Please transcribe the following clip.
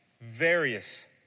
various